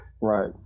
right